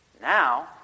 Now